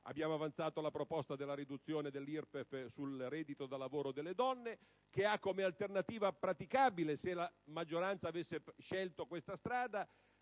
inoltre avanzato la proposta della riduzione dell'IRPEF sul reddito da lavoro delle donne, che ha come alternativa praticabile, se la maggioranza avesse scelto questa strada,